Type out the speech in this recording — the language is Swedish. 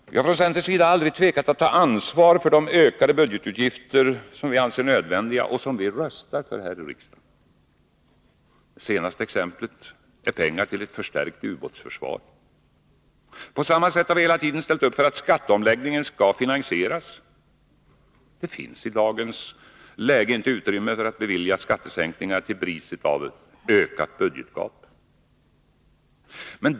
Vi har från centerns sida aldrig tvekat att ta ansvar för de ökade budgetutgifter som vi anser nödvändiga och som vi röstar för här i riksdagen. Det senaste exemplet på det är pengar till ett förstärkt ubåtsförsvar. På samma sätt har vi hela tiden ställt upp för att skatteomläggningen skall finansieras — det finns i dagens läge inte utrymme att bevilja skattesänkningar till priset av ett ökat budgetgap.